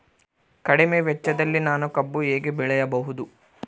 ಕಡಿಮೆ ವೆಚ್ಚದಲ್ಲಿ ನಾನು ಕಬ್ಬು ಹೇಗೆ ಬೆಳೆಯಬಹುದು?